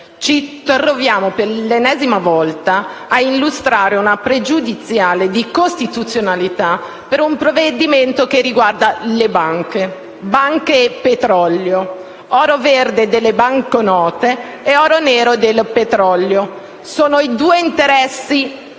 ci troviamo per l'ennesima volta ad illustrare una pregiudiziale di costituzionalità per un provvedimento che riguarda le banche. Banche e petrolio, oro verde delle banconote e oro nero del petrolio, sono i due interessi